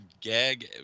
gag